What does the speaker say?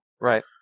Right